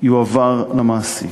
יועבר למעסיק.